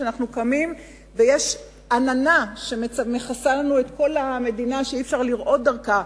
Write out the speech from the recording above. כשאנחנו קמים ויש עננה שמכסה לנו את כל המדינה ואי-אפשר לראות דרכה.